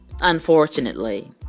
unfortunately